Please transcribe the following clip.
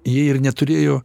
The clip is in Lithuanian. jie ir neturėjo